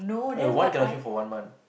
eh one can last you for one month